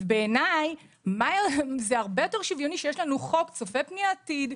בעיניי זה הרבה יותר שוויוני כשיש לנו חוק צופה פני עתיד,